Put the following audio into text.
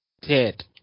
Dead